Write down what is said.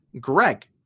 Greg